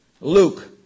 Luke